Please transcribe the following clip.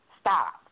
Stop